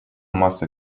масса